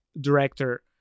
director